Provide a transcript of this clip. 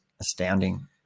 astounding